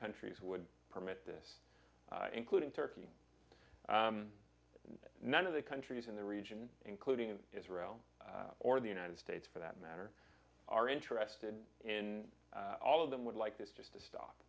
countries would permit this including turkey none of the countries in the region including israel or the united states for that matter are interested in all of them would like this just t